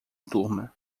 turma